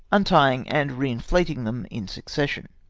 untying and re-inflating them in succession.